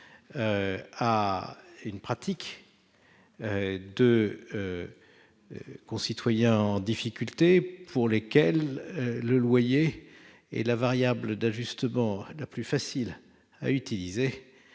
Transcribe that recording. à une pratique de concitoyens en difficulté pour lesquels le loyer est la variable d'ajustement la plus facile à utiliser